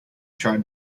tried